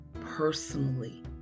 personally